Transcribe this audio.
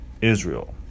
Israel